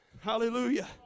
Hallelujah